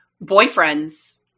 boyfriend's